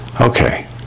Okay